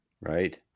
Right